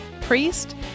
Priest